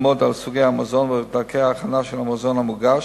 כדי ללמוד על סוגי המזון ודרכי ההכנה של המזון המוגש,